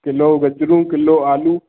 kilo गजरूं kilo आलू